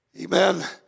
Amen